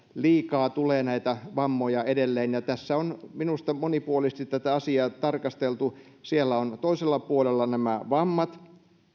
näitä vammoja tulee edelleen liikaa tässä on minusta monipuolisesti tätä asiaa tarkasteltu toisella puolella ovat nämä vammat